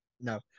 No